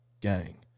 Gang